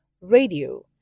Radio